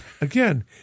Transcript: again